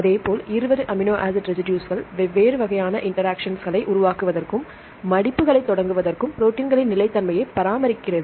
அதேபோல் 20 amino acid ரெசிடுஸ்கள் வெவ்வேறு வகையான இன்டெரெக்ஷன்ஸ்களை உருவாக்குவதற்கும் மடிப்புகளைத் தொடங்குவதற்கும் ப்ரோடீன்களின் நிலைத்தன்மையை பராமரிக்கப்படுகிறது